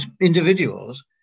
individuals